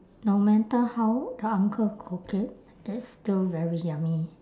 no matter how the uncle cook it it's still very yummy